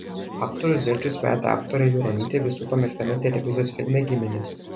aktorius zelčius vedė aktorę juronytę visų pamėgtame televizijos filme giminės